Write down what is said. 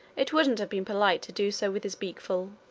it wouldn't have been polite to do so with his beak full.